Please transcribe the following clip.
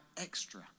extra